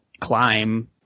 climb